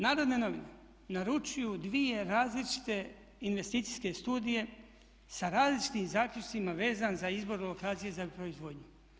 Narodne novine, naručuju dvije različite investicijske studije sa različitim zaključcima vezano za izbor lokacije za proizvodnju.